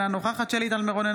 אינה נוכחת שלי טל מירון,